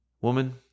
Woman